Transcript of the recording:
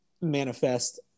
manifest